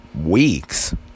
weeks